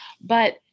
But-